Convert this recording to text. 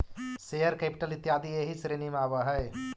share capital इत्यादि एही श्रेणी में आवऽ हई